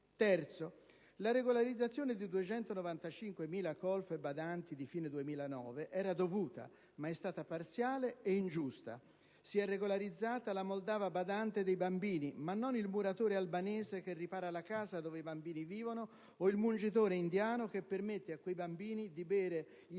Terzo. La regolarizzazione di 295.000 colf e badanti, di fine 2009, era dovuta, ma è stata parziale e ingiusta. Si è regolarizzata la moldava badante dei bambini, ma non il muratore albanese che ripara la casa dove i bambini vivono o il mungitore indiano che permette, a quei bambini, di bere il